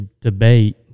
debate